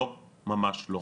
לא, ממש לא.